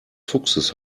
fuchses